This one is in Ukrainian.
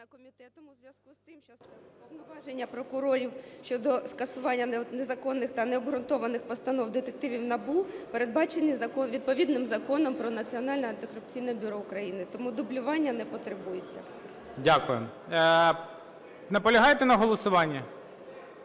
Дякую. Ви наполягаєте на голосуванні?